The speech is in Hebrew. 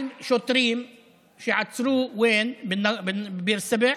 על שוטרים שעצרו בדרום,